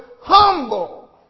humble